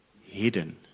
hidden